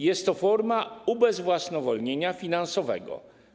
Jest to forma ubezwłasnowolnienia finansowego.